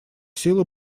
силы